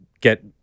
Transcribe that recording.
get